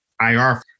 IR